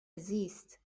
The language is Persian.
زیست